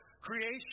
creation